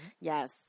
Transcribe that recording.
Yes